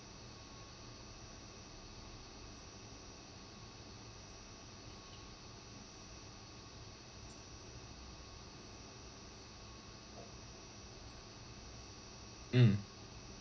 mm